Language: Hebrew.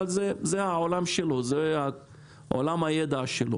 אבל זה עולם הידע שלו.